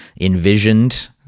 envisioned